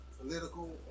political